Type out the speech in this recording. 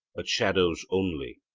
but shadows only,